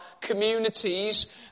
communities